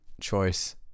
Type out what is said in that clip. choice